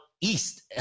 east